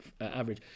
average